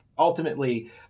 Ultimately